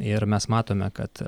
ir mes matome kad